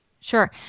Sure